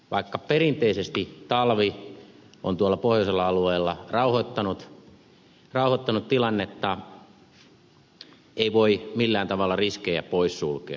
vaikka perinteisesti talvi on tuolla pohjoisella alueella rauhoittanut tilannetta ei voi millään tavalla riskejä poissulkea